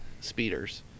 speeders